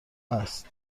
است